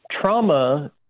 trauma